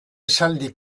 esaldi